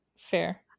fair